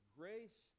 grace